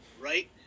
right